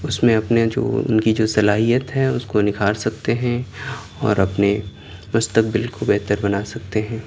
اس میں اپنے جو ان کی جو صلاحیت ہیں اس کو نکھار سکتے ہیں اور اپنے مستقبل کو بہتر بنا سکتے ہیں